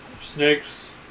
Snakes